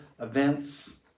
events